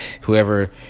whoever